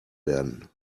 werden